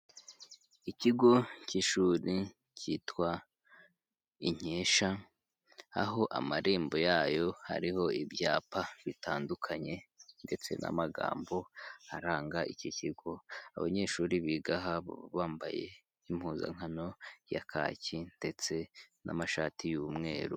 Ikigo cy'ishuri cyitwa Inkesha, aho amarembo yayo hariho ibyapa bitandukanye ndetse n'amagambo aranga iki kigo, abanyeshuri biga aha baba bambaye impuzankano ya kaki ndetse n'amashati y'umweru.